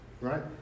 right